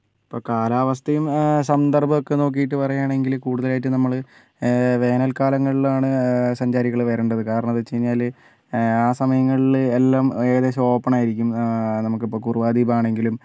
ഇപ്പോൾ കാലാവസ്ഥയും സന്ദർഭമൊക്കെ നോക്കിയിട്ട് പറയുവാണെങ്കിൽ കൂടുതലായിട്ട് നമ്മൾ വേനൽ കാലങ്ങളിലാണ് സഞ്ചാരികൾ വരേണ്ടത് കാരണമെന്തെന്ന് വെച്ചുകഴിഞ്ഞാൽ ആ സമയങ്ങളിൽ എല്ലാം ഏകദേശം ഓപ്പൺ ആയിരിക്കും നമുക്ക് ഇപ്പോൾ കുറുവ ദ്വീപാണെങ്കിലും